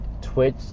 Twitch